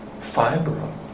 fiber